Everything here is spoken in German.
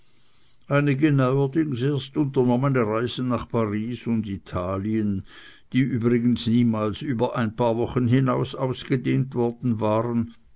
einige neuerdings erst unternommene reisen nach paris und italien die übrigens niemals über ein paar wochen hinaus ausgedehnt worden waren